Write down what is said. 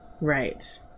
Right